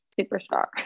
superstar